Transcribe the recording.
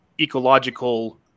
ecological